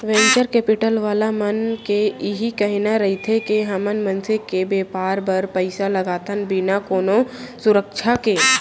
venture capital वाला मन के इही कहिना रहिथे के हमन मनसे के बेपार बर पइसा लगाथन बिना कोनो सुरक्छा के